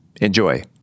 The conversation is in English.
Enjoy